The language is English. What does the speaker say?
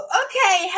okay